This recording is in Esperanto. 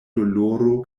doloro